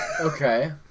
Okay